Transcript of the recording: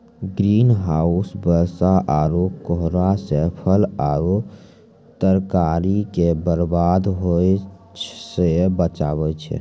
green house बरसा आरु कोहरा से फल आरु तरकारी के बरबाद होय से बचाबै छै